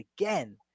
again